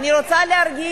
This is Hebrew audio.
מה קרה,